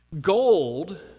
gold